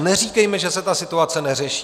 Neříkejme, že se ta situace neřeší.